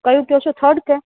કયું કયો છો થર્ડ કે